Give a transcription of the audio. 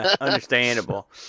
Understandable